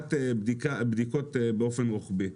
וחובת בדיקות באופן רוחבי.